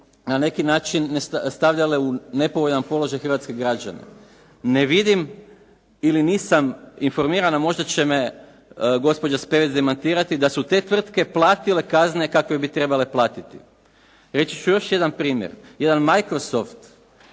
na neki način stavljale u nepovoljan položaj hrvatske građane. Ne vidim ili nisam informiran, a možda će me gospođa Spevec demantirati, da su te tvrtke platile kazne kakve bi trebale platiti. Reći ću još jedan primjer. Jedan Microsoft